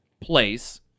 place